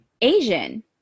Asian